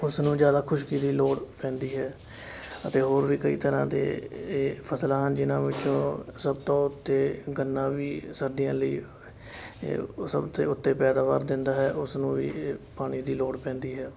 ਉਸ ਨੂੰ ਜ਼ਿਆਦਾ ਖੁਸ਼ਕੀ ਦੀ ਲੋੜ ਪੈਂਦੀ ਹੈ ਅਤੇ ਹੋਰ ਵੀ ਕਈ ਤਰ੍ਹਾਂ ਦੇ ਇਹ ਫਸਲਾਂ ਹਨ ਜਿਹਨਾਂ ਵਿੱਚੋਂ ਸਭ ਤੋਂ ਉੱਤੇ ਗੰਨਾ ਵੀ ਸਰਦੀਆਂ ਲਈ ਇਹ ਸਭ ਤੋਂ ਉੱਤੇ ਪੈਦਾਵਾਰ ਦਿੰਦਾ ਹੈ ਉਸ ਨੂੰ ਵੀ ਪਾਣੀ ਦੀ ਲੋੜ ਪੈਂਦੀ ਹੈ